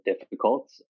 difficult